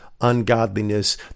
ungodliness